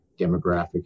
demographic